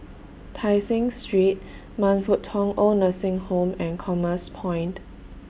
Tai Seng Street Man Fut Tong Oid Nursing Home and Commerce Point